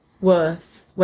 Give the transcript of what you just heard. worth